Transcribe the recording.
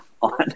on